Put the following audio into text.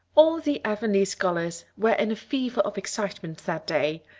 all the avonlea scholars were in a fever of excitement that day,